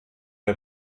der